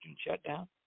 shutdown